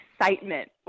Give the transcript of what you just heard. excitement